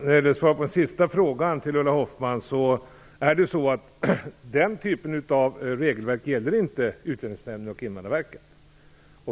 Herr talman! Den typ av regelverk som Ulla Hoffmann nu talar om gäller inte Utlänningsnämnden och Invandrarverket.